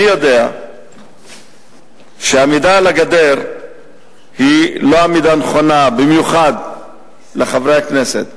אני יודע שעמידה על הגדר היא לא העמידה הנכונה במיוחד לחברי הכנסת,